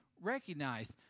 recognized